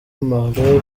marley